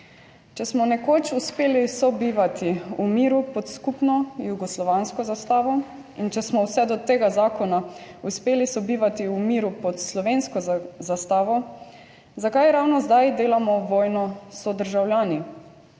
Če smo nekoč uspeli sobivati v miru pod skupno jugoslovansko zastavo in če smo vse do tega zakona uspeli sobivati v miru pod slovensko zastavo, zakaj ravno zdaj delamo vojno s sodržavljani?